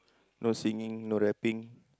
no singing no rapping